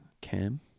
Cam